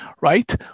Right